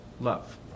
love